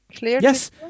yes